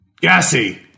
Gassy